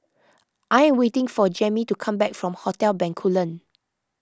I am waiting for Jammie to come back from Hotel Bencoolen